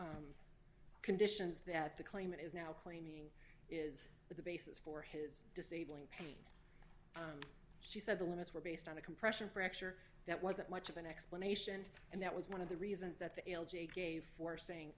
conditions that the claimant is now claiming is the basis for his disabling paid she said the limits were based on a compression fracture that wasn't much of an explanation and that was one of the reasons that the l g a gave for saying